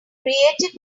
created